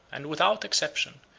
and without exception,